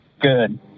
Good